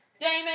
Damon